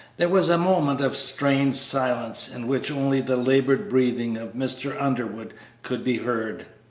there, was a moment of strained silence in which only the labored breathing of mr. underwood could be heard.